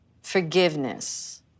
Forgiveness